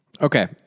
Okay